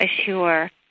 assure